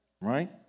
right